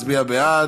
יצביע בעד,